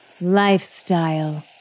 Lifestyle